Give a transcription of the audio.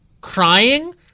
crying